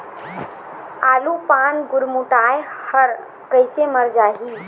आलू पान गुरमुटाए हर कइसे मर जाही?